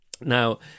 Now